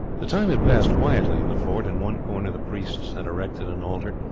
the time had passed quietly in the fort. in one corner the priests had erected an altar,